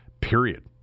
period